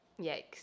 Yikes